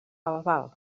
albal